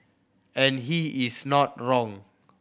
and he is not wrong